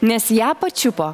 nes ją pačiupo